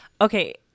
okay